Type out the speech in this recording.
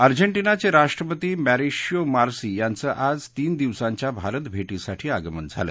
अजॅटिनाचे राष्ट्रपती मॉरिशिओ मार्सी यांचं आज तीन दिवसांच्या भारत भेटीसाठी आगमन झालं